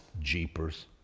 Jeepers